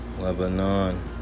Lebanon